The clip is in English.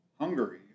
Hungary